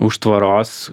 už tvoros